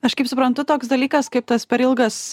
aš kaip suprantu toks dalykas kaip tas per ilgas